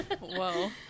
whoa